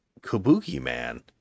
Kabuki-Man